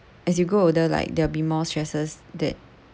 as you grow older like they'll be more stresses that